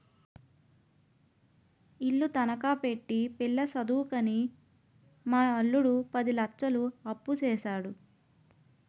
ఇల్లు తనఖా పెట్టి పిల్ల సదువుకని మా అల్లుడు పది లచ్చలు అప్పుసేసాడు